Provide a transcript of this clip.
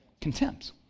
contempt